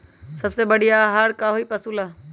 सबसे बढ़िया आहार का होई पशु ला?